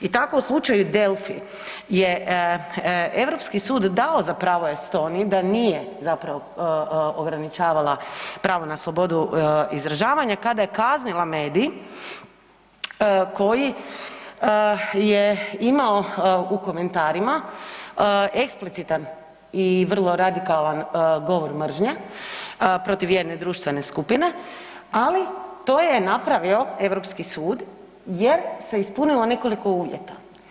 I tako u slučaju Delfi je Europski sud dao za pravo Estoniji da nije zapravo ograničavala pravo na slobodu izražavanja kada je kaznila medij koji je imao u komentarima eksplicitan i vrlo radikalan govor mržnje protiv jedne društvene skupine, ali to je napravio Europski sud jer se ispunilo nekoliko uvjeta.